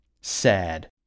Sad